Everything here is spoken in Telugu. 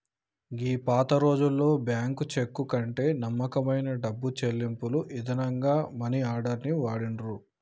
గీ పాతరోజుల్లో బ్యాంకు చెక్కు కంటే నమ్మకమైన డబ్బు చెల్లింపుల ఇదానంగా మనీ ఆర్డర్ ని వాడిర్రు